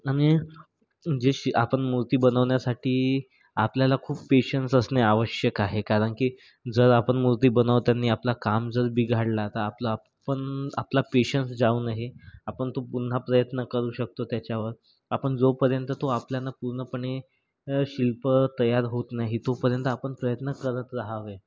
आणि जे शि आपण मूर्ती बनवण्यासाठी आपल्याला खूप पेशन्स असणे आवश्यक आहे कारण की जर आपण मूर्ती बनवताना आपलं काम जर बिघडलं तर आपला पण आपला पेशन्स जाऊ नाही आपण तो पुन्हा प्रयत्न करू शकतो त्याच्यावर आपण जोपर्यंत तो आपल्याला पूर्णपणे शिल्प तयार होत नाही तोपर्यंत आपण प्रयत्न करत रहावे